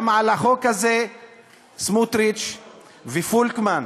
סמוטריץ ופולקמן,